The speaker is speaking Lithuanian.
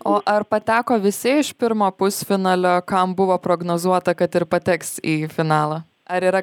o ar pateko visi iš pirmo pusfinalio kam buvo prognozuota kad ir pateks į finalą ar yra